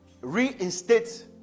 reinstate